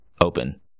open